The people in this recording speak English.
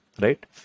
right